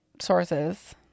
sources